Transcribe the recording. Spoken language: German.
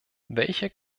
welcher